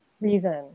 reason